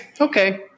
Okay